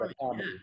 comedy